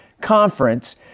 conference